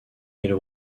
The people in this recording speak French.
quelle